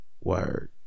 Word